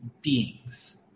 Beings